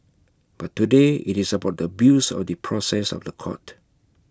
but today IT is about the abuse of the process of The Court